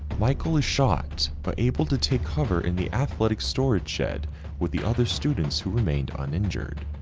michael is shot but able to take cover in the athletic storage shed with the other students who remained uninjured.